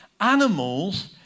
Animals